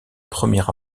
premier